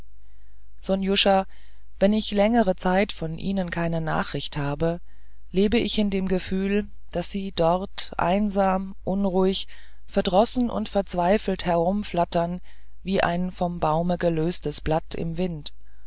sonjuscha wenn ich längere zeit von ihnen keine nachricht habe lebe ich in dem gefühl daß sie dort einsam unruhig verdrossen und verzweifelt herumflattern wie ein vom baume losgelöstes blatt im winde